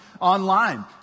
online